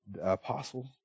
apostles